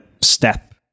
step